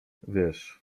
wiesz